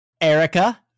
Erica